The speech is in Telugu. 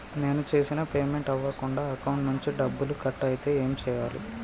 నేను చేసిన పేమెంట్ అవ్వకుండా అకౌంట్ నుంచి డబ్బులు కట్ అయితే ఏం చేయాలి?